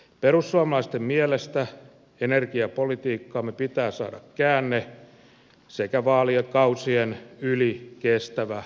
perussuomalaisten mielestä energiapolitiikkaamme pitää saada käänne sekä vaalikausien yli kestävä ennakoitavuus